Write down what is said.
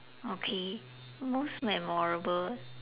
okay most memorable